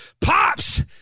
Pops